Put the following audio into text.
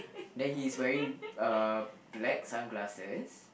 then he's wearing uh black sunglasses